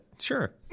Sure